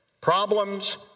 Problems